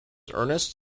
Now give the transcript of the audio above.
ernest